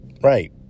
right